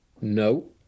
No